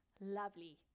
Lovely